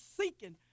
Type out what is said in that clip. seeking